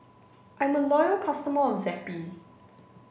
I'm a loyal customer of zappy